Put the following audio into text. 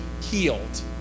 healed